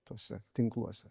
tuose tinkluose